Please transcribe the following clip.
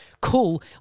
cool